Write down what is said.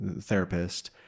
therapist